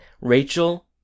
Rachel